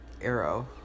arrow